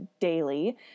daily